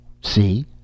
See